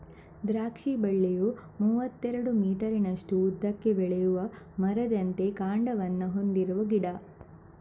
ದ್ರಾಕ್ಷಿ ಬಳ್ಳಿಯು ಮೂವತ್ತೆರಡು ಮೀಟರಿನಷ್ಟು ಉದ್ದಕ್ಕೆ ಬೆಳೆಯುವ ಮರದಂತೆ ಕಾಂಡವನ್ನ ಹೊಂದಿರುವ ಗಿಡ